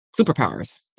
superpowers